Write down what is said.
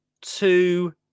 two